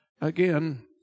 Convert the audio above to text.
again